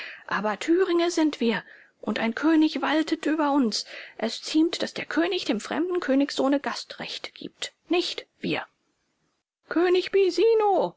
aber thüringe sind wir und ein könig waltet über uns es ziemt daß der könig dem fremden königssohne gastrecht gibt nicht wir könig bisino